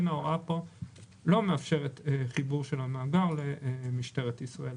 ההוראה פה לא מאפשרת חיבור של המאגר למשטרת ישראל.